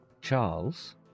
Charles